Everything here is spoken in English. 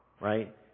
right